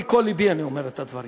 מכל לבי אני אומר את הדברים.